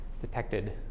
Detected